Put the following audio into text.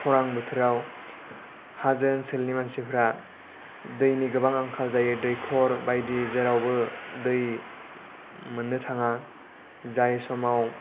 खरान बोथोराव हाजो ओनसोलनि मानसिफ्रा दैनि गोबां आंखाल जायो दैखर बायदि जेरावबो दै मोननो थाङा जाय समाव